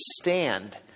stand